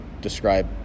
describe